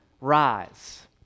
rise